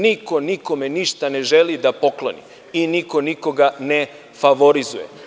Niko nikome ništa ne želi da pokloni i niko nikoga ne favorizuje.